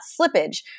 slippage